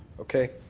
okay.